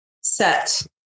Set